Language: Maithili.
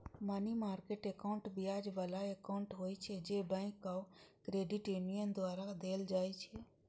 मनी मार्केट एकाउंट ब्याज बला एकाउंट होइ छै, जे बैंक आ क्रेडिट यूनियन द्वारा देल जाइ छै